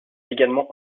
également